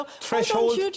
threshold